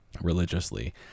religiously